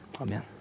Amen